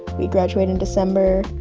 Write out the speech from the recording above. we graduate in december,